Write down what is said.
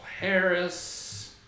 Harris